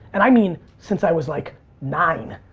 and i mean, since i was like nine.